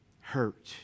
hurt